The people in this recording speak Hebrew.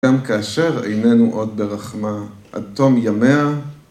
גם כאשר איננו עוד ברחמה עד תום ימיה